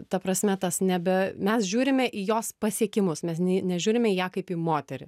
ta prasme tas nebe mes žiūrime į jos pasiekimus mes ne nežiūrime į ją kaip į moterį